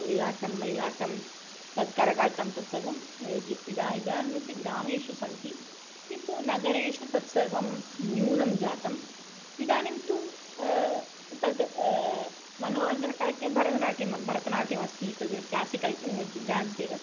उय्लाट्टं मय्लाट्टं तद् कर्गाटं तत् सर्वम् इदा इदानीमपि ग्रामेषु सन्ति किन्तु नगरेषु तत्सर्वं न्यूनं जातम् इदानीं तु तत् मनोरञ्जकम् इति भरनाट्यं भरतनाट्यम् अस्ति तद् क्लासिकल् डान्स् एव